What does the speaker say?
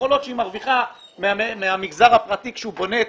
יכולות שהיא מרוויחה מהמגזר הפרטי כשהוא בונה את